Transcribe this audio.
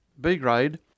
B-grade